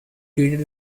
treated